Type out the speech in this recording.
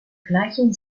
gleichen